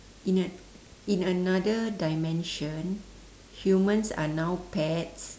in an~ in another dimension humans are now pets